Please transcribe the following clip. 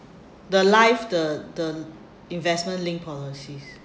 the life the the investment linked policies